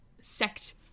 sect